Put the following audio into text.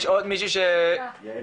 יש עוד מישהי שרוצה לדבר?